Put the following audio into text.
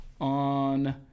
on